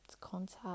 contact